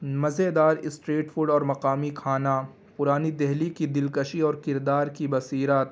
مزیدار street food اور مقامی کھانا پرانی دہلی کی دلکشی اور کردار کی بصیرت